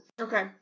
Okay